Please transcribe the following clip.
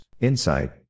insight